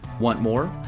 want more?